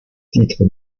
titres